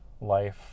life